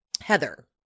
Heather